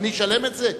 אני אשלם את זה?